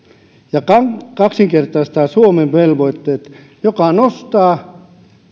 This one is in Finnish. ja kaksinkertaistaa suomen velvoitteet mikä nostaa